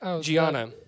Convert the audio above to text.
Gianna